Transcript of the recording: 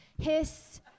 hiss